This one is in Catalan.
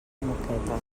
moqueta